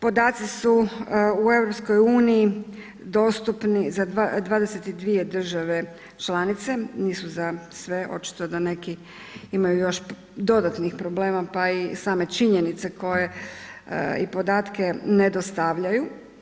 Podaci su u EU dostupni za 22 države članice, nisu za sve, očito da neki imaju još dodatnih problema pa i same činjenice koje i podatke ne dostavljaju.